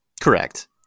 Correct